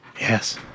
Yes